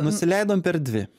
nusileidom per dvi